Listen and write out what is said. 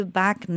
back